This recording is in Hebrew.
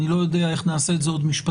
אני לא יודע איך נעשה את זה עוד משפטית,